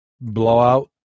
blowout